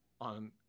on